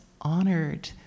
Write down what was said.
honored